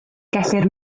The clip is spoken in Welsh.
gellir